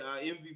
MVP